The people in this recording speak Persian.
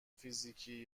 فیزیکی